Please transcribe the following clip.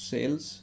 Sales